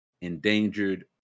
endangered